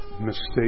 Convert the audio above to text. mistake